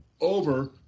over